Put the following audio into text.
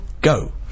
Go